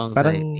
Parang